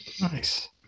Nice